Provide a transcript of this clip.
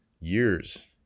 years